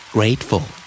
Grateful